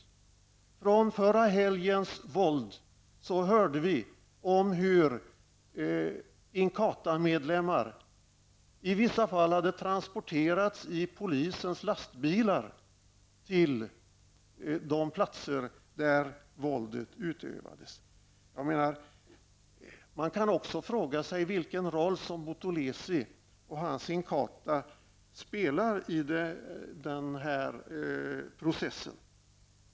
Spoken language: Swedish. Från förra helgens våld hörde vi hur Inkathamedlemmar i vissa fall hade transporterats i polisens lastbilar till de platser där våldet utövades. Man kan också fråga sig vilken roll som Buthelezi och hans Inkatha spelar i den här processen.